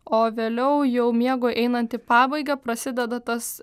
o vėliau jau miegui einant į pabaigą prasideda tas